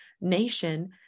nation